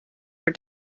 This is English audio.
your